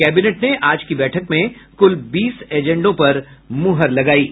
cabinet ने आज की बैठक में कुल बीस एजेंडों पर मुहर लगायी है